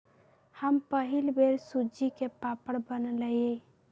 हम पहिल बेर सूज्ज़ी के पापड़ बनलियइ